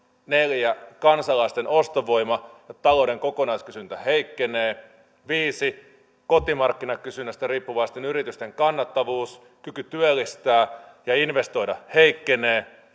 neljä kansalaisten ostovoima ja talouden kokonaiskysyntä heikkenevät viisi kotimarkkinakysynnästä riippuvaisten yritysten kannattavuus kyky työllistää ja investoida heikkenee